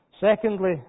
Secondly